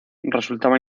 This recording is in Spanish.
resultaba